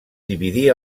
dividir